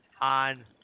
on